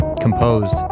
composed